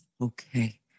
okay